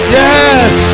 yes